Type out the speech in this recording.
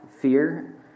fear